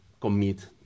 commit